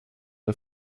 der